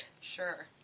Sure